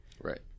Right